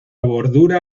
bordura